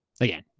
Again